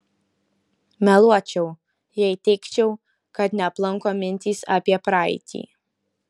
meluočiau jei teigčiau kad neaplanko mintys apie praeitį